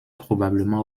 probablement